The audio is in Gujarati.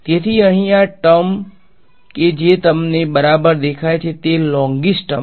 તેથી અહીં આ ટર્મ કે જે તમને બરાબર દેખાય છે તે એક લોંગીશ ટર્મ છે